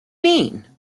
mean